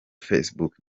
facebook